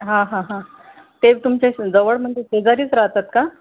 हा हा हा ते तुमच्याजवळ म्हणजे शेजारीच राहतात का